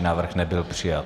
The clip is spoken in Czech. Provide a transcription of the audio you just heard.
Návrh nebyl přijat.